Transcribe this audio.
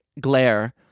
glare